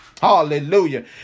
Hallelujah